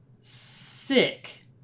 Sick